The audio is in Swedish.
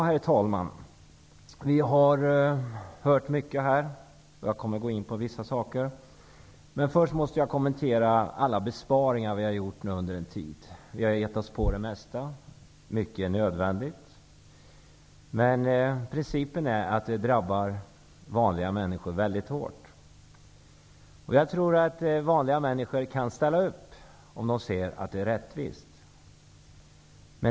Herr talman! Vi har hört mycket här, och jag kommer att gå in på vissa saker. Men först måste jag kommentera alla besparingar som har gjorts under en tid. Vi har givit oss på det mesta. Mycket är nödvändigt, men det mesta har drabbat vanliga människor väldigt hårt. Jag tror att vanliga människor kan ställa upp, om de ser att det är rättvist.